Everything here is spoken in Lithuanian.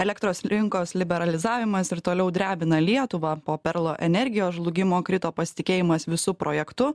elektros rinkos liberalizavimas ir toliau drebina lietuvą po perlo energijos žlugimo krito pasitikėjimas visu projektu